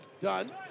Done